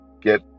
get